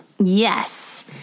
Yes